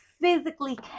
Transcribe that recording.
physically